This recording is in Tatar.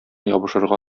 ябышырга